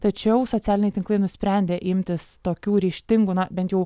tačiau socialiniai tinklai nusprendė imtis tokių ryžtingų na bent jau